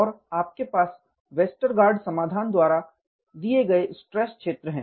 और आपके पास वेस्टरगार्ड समाधान द्वारा दिए गए स्ट्रेस क्षेत्र हैं